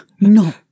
no